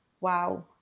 Wow